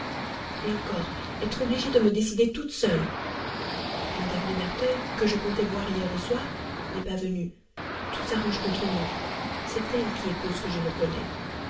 et encore être obligée de me décider toute seule mme de merteuil que je comptais voir hier au soir n'est pas venue tout s'arrange contre moi c'est elle qui est cause que je le connais